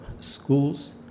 schools